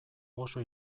oso